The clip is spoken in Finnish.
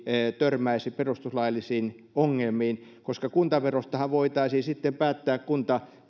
törmäisi perustuslaillisiin ongelmiin kuntaverostahan voitaisiin sitten päättää